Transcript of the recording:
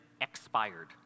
expired